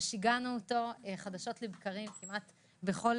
ששיגענו אותו חדשות לבקרים כמעט בכל